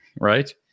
right